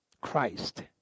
Christ